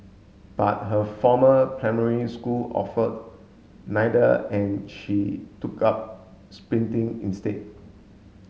but her former primary school offered neither and she took up sprinting instead